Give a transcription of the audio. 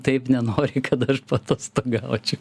taip nenori kad aš paatostogaučiau